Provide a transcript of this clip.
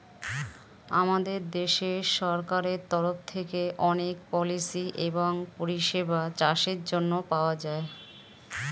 আমাদের দেশের সরকারের তরফ থেকে অনেক পলিসি এবং পরিষেবা চাষের জন্যে পাওয়া যায়